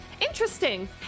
interesting